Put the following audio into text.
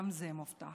גם זה מובטח.